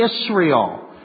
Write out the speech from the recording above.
Israel